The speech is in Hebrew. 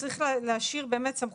צריך להשאיר באמת סמכות פיקוח ובקרה.